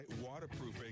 Waterproofing